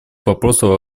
вопросу